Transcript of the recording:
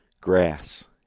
grass